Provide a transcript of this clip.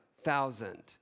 thousand